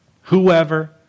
whoever